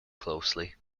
closely